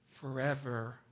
forever